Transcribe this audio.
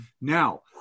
Now